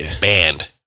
banned